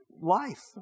life